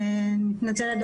אני מתנצלת,